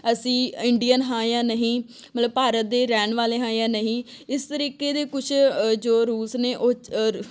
ਅਸੀਂ ਇੰਡੀਅਨ ਹਾਂ ਜਾਂ ਨਹੀਂ ਮਤਲਬ ਭਾਰਤ ਦੇ ਰਹਿਣ ਵਾਲੇ ਹਾਂ ਜਾਂ ਨਹੀਂ ਇਸ ਤਰੀਕੇ ਦੇ ਕੁਛ ਜੋ ਰੂਲਸ ਨੇ ਉਹ